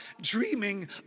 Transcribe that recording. dreaming